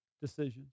decisions